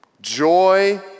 joy